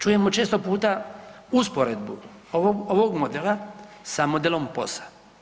Čujemo često puta usporedbu ovog modela sa modelom POS-a.